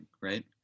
right